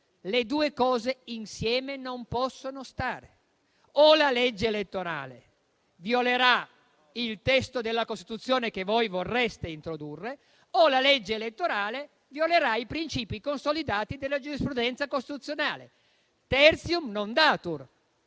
Le due cose insieme non possono stare: o la legge elettorale violerà il testo della Costituzione che voi vorreste introdurre o la legge elettorale violerà i princìpi consolidati della giurisprudenza costituzionale. *Tertium non datur,*